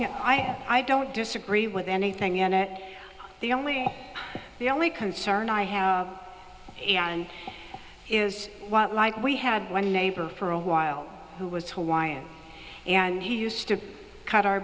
have i don't disagree with anything and the only the only concern i have and is what like we had one neighbor for a while who was hawaiian and he used to cut our